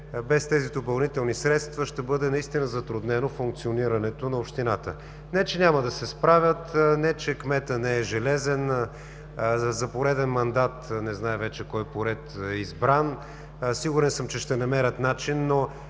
без тези допълнителни средства ще бъде затруднено функционирането на общината. Не че няма да се справят, не че кметът не е железен, за пореден мандат е избран, сигурен съм, че ще намерят начин, но